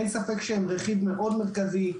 אין ספק שהם רכיב מאוד מרכזי.